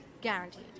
guaranteed